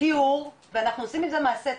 טיהור ואנחנו עושים מזה מעשה טוב,